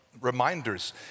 reminders